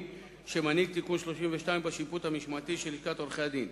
שמנהיג תיקון 32 בשיפוט המשמעתי של לשכת עורכי-הדין,